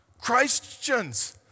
Christians